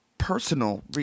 Personal